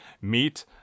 meet